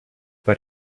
but